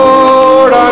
Lord